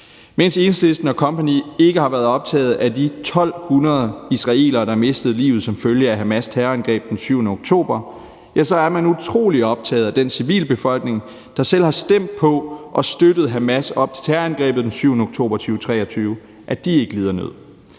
Mens Enhedslisten og kompagni ikke har været optaget af de 1.200 israelere, der mistede livet som følge af Hamas terrorangreb den 7. oktober 2023, er man utrolig optaget af, at den civilbefolkning, der selv har stemt på og støttet Hamas op til terrorangrebet den 7. oktober 2023, ikke lider nød.